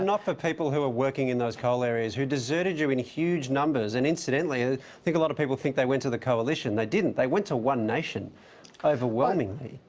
not for people who are working in those coal areas who deserted you in huge numbers and incidentally, ah who a lot of people think they went to the coalition. they didn't, they went to one nation overwhelmingly.